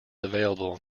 available